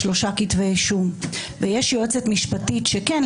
שלושה כתבי אישום ויש יועצת משפטית שכן,